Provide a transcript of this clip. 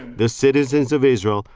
the citizens of israel,